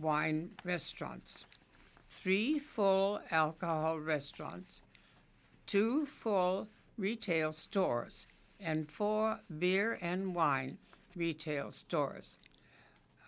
wine restaurants three full restaurants two full retail stores and four beer and wine retail stores